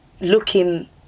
looking